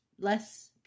less